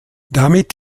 damit